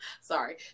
Sorry